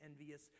envious